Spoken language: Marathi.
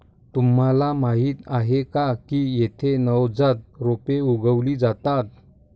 तुम्हाला माहीत आहे का की येथे नवजात रोपे उगवली जातात